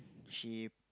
she